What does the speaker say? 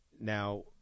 now